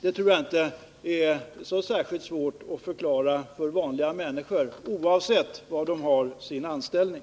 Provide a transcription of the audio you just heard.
Jag tror inte att detta är så svårt att förklara för vanliga människor, oavsett var de har sin anställning.